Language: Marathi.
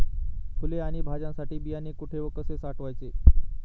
फुले आणि भाज्यांसाठी बियाणे कुठे व कसे साठवायचे?